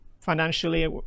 financially